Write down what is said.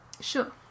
Sure